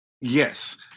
Yes